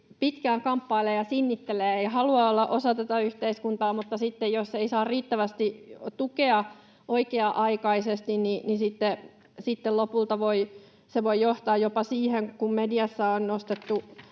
pitkään kamppailee ja sinnittelee ja haluaa olla osa tätä yhteiskuntaa, mutta jos ei saa riittävästi tukea oikea-aikaisesti, niin sitten lopulta se voi johtaa jopa siihen, mistä mediassa on nostettu